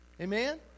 Amen